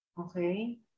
Okay